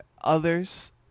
others